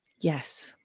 Yes